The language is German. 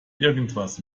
irgendwas